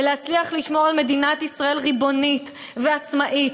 ולהצליח לשמור על מדינת ישראל ריבונית ועצמאית,